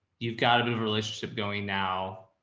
you've got a bit of a relationship going now,